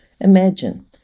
Imagine